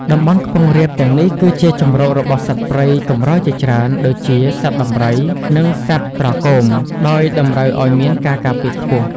តំបន់ខ្ពង់រាបទាំងនេះគឺជាជម្រករបស់សត្វព្រៃកម្រជាច្រើន ដូចជា សត្វដំរី និងសត្វត្រគម ដោយតម្រូវឲ្យមានការការពារខ្ពស់។